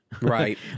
Right